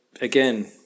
again